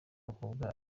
mukobwa